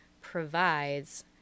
provides